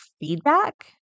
feedback